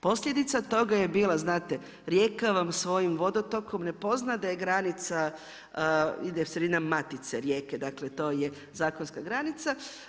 Posljedica toga je bila, znate, rijeka vam svojim vodotokom ne poza da je granica ide sredinom matice rijeke, dakle, to je zakonska granica.